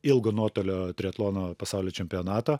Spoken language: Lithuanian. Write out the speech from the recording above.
ilgo nuotolio triatlono pasaulio čempionato